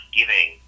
giving